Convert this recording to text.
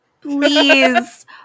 please